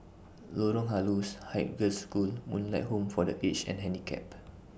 Lorong Halus Haig Girls' School and Moonlight Home For The Aged and Handicapped